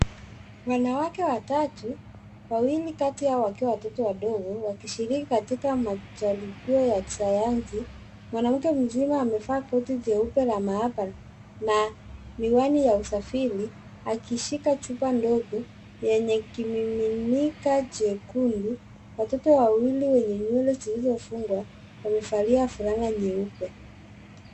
Wanawake watatu, wawili kati yao wakiwa watoto wadogo wakishiriki katika majaribio ya kisayansi. Mwanamke mzima amevaa koti jeupe la maabara na miwani ya usafiri, akishika chupa ndogo yenye kimiminika jekundu. Watoto wawili wenye nywele zilizofungwa, wamevalia fulana nyeupe.